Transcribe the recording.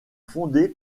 fondé